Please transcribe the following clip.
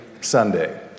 Sunday